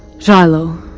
shiloh,